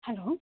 hello